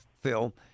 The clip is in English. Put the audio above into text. Phil